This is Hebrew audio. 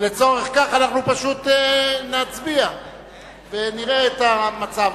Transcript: לצורך זה אנחנו פשוט נצביע ונראה את המצב.